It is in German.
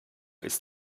ist